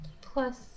Plus